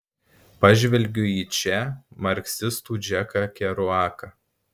pažvelgiu į če marksistų džeką keruaką